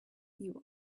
you